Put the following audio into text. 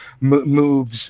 moves